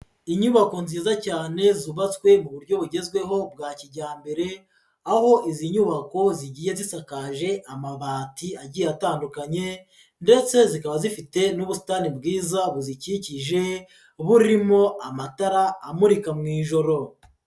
Inyubako nziza cyane zubatswe mu buryo bugezweho bwa kijyambere, aho izi nyubako zigiye zisakaje amabati agiye atandukanye ndetse zikaba zifite n'ubusitani bwiza buzikikije, burimo amatara amurika mu ijoro.